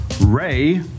Ray